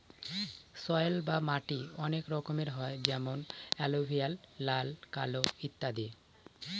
soil বা মাটি অনেক রকমের হয় যেমন এলুভিয়াল, লাল, কালো ইত্যাদি